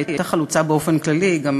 היא הייתה חלוצה באופן כללי: היא גם